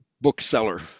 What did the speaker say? bookseller